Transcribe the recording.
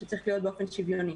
שצריך להיות באופן שוויוני.